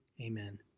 amen